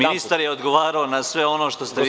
Ministar je odgovarao na sve ono što ste vi.